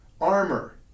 armor